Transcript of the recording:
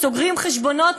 סוגרים חשבונות,